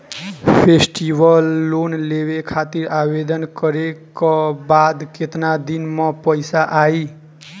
Festival loan लेवे खातिर आवेदन करे क बाद केतना दिन म पइसा आई?